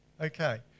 Okay